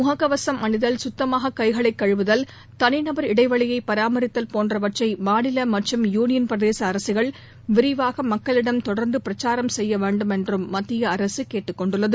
முகக்கவசம் அணிதல் சுத்தமாகக் கைகளை கழுவுதல் தனிநபர் இடைவெளியை பராமரித்தல் போன்றவற்றை மாநில மற்றும் யூனியன் பிரதேச அரசுகள் விரிவாக மக்களிடம் தொடர்ந்து பிரச்சாரம் செய்ய வேண்டுமென்றும் மத்திய அரசு கேட்டுக் கொண்டுள்ளது